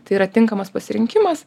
tai yra tinkamas pasirinkimas